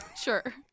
sure